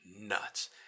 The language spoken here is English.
nuts